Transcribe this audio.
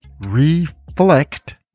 reflect